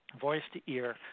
voice-to-ear